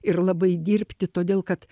ir labai dirbti todėl kad